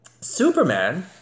Superman